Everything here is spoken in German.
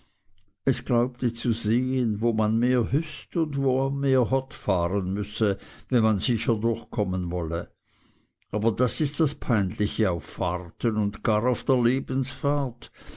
es glaubte zu sehen wo man mehr hüst und wo mehr hott fahren müsse wenn man sicher durchkommen wolle aber das ist das peinliche auf fahrten und gar auf der